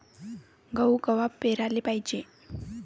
गहू कवा पेराले पायजे?